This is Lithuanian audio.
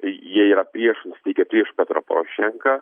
jie yra prieš nusiteikę prieš petro porošenką